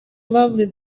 lovely